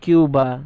Cuba